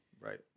Right